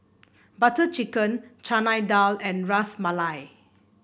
Butter Chicken Chana Dal and Ras Malai